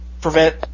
prevent